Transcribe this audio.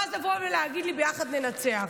ואז לבוא ולהגיד לי: ביחד ננצח.